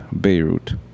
Beirut